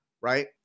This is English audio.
right